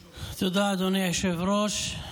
תודה, אדוני היושב-ראש.